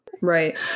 Right